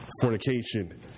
fornication